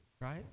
right